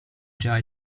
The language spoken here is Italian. già